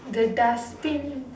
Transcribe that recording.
the dustbin